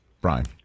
Brian